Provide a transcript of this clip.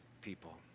people